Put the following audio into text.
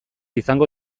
izango